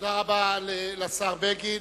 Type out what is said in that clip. תודה רבה לשר בגין.